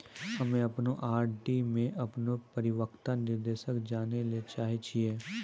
हम्मे अपनो आर.डी मे अपनो परिपक्वता निर्देश जानै ले चाहै छियै